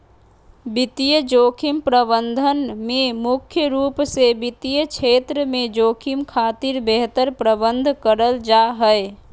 वित्तीय जोखिम प्रबंधन में मुख्य रूप से वित्त क्षेत्र में जोखिम खातिर बेहतर प्रबंध करल जा हय